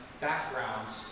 backgrounds